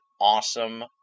awesome